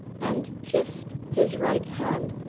and kissed his right hand,